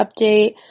update